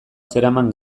zeraman